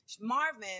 Marvin